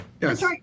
yes